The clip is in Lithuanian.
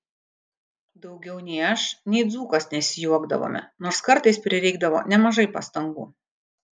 daugiau nei aš nei dzūkas nesijuokdavome nors kartais prireikdavo nemažai pastangų